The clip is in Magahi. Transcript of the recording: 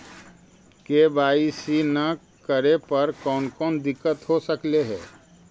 के.वाई.सी न करे पर कौन कौन दिक्कत हो सकले हे?